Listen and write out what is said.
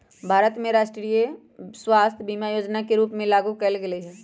भारत में राष्ट्रीय बीमा के राष्ट्रीय स्वास्थय बीमा जोजना के रूप में लागू कयल गेल हइ